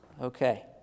Okay